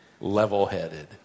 level-headed